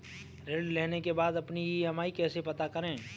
ऋण लेने के बाद अपनी ई.एम.आई कैसे पता करें?